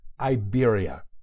Iberia